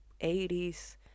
80s